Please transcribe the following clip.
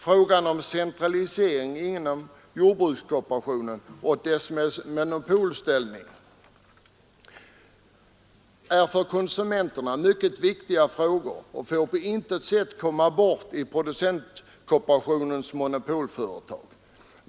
Frågorna om centraliseringen inom jordbrukskooperationen och dess monopolställning är för konsumenterna mycket viktiga och får på intet sätt komma bort i producentkooperativa monopolföretag.